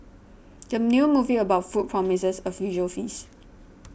the new movie about food promises a visual feast